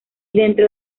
dentro